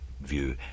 view